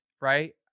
right